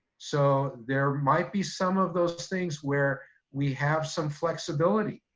so there might be some of those things where we have some flexibility.